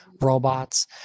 robots